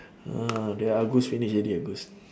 uh their goose finish already uh goose